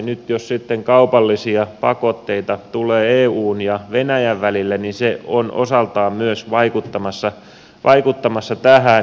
nyt jos sitten kaupallisia pakotteita tulee eun ja venäjän välille niin se on osaltaan myös vaikuttamassa tähän